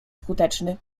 skuteczny